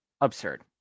Absurd